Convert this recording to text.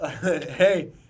Hey